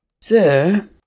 Sir